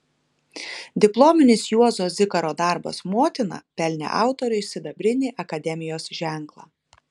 diplominis juozo zikaro darbas motina pelnė autoriui sidabrinį akademijos ženklą